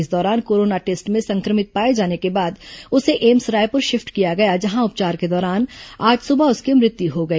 इस दौरान corona test में सं क्र मित पाए जाने के बाद उसे एम्स रायपुर शि पट किया गया जहां उपचार के दौरान आज सुबह उसकी मृत्यु हो गई